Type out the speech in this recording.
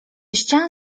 ścian